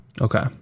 Okay